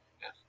Yes